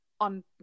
on